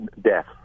death